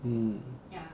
mm